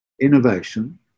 innovation